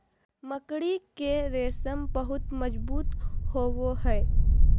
मकड़ी के रेशम बहुत मजबूत होवो हय